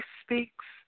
speaks